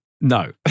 No